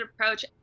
approach